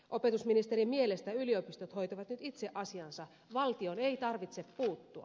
opetusministerin mielestä yliopistot hoitavat nyt itse asiansa valtion ei tarvitse puuttua